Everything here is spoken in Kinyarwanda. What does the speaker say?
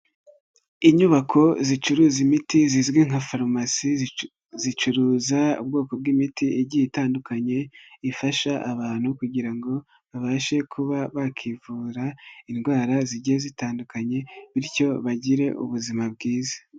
Inyubako zicuruza imiti zizwi nka farumasi, zicuruza ubwoko bw'imiti igiye itandukanye, ifasha abantu kugira ngo babashe kuba bakivura, indwara zigiye zitandukanye bityo bagire ubuzima bwiza.